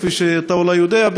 כפי שאתה אולי יודע,